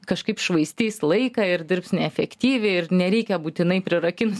kažkaip švaistys laiką ir dirbs neefektyviai ir nereikia būtinai prirakinus